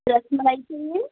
رس ملائی چاہیے